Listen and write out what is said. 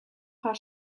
paar